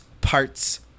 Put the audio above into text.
parts